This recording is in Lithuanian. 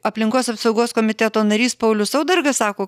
aplinkos apsaugos komiteto narys paulius saudargas sako